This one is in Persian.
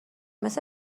مثل